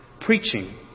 preaching